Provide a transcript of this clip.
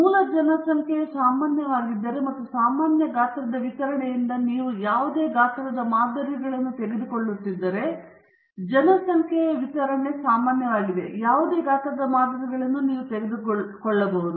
ಮೂಲ ಜನಸಂಖ್ಯೆಯು ಸಾಮಾನ್ಯವಾಗಿದ್ದರೆ ಮತ್ತು ಸಾಮಾನ್ಯ ಗಾತ್ರದ ವಿತರಣೆಯಿಂದ ನೀವು ಯಾವುದೇ ಗಾತ್ರದ ಮಾದರಿಗಳನ್ನು ತೆಗೆದುಕೊಳ್ಳುತ್ತಿದ್ದರೆ ಜನಸಂಖ್ಯೆಯ ವಿತರಣೆ ಸಾಮಾನ್ಯವಾಗಿದೆ ಮತ್ತು ನೀವು ಯಾವುದೇ ಗಾತ್ರದ ಮಾದರಿಗಳನ್ನು ತೆಗೆದುಕೊಳ್ಳಬಹುದು